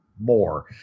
more